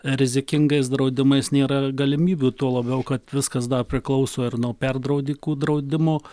rizikingais draudimais nėra galimybių tuo labiau kad viskas da priklauso ir nuo perdraudikų draudimo